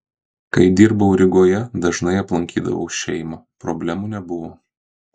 kai dirbau rygoje dažnai aplankydavau šeimą problemų nebuvo